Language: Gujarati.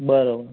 બરાબર